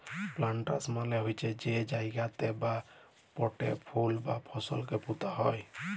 planters মালে হছে যে জায়গাতে বা পটে ফুল বা ফলকে পুঁতা যায়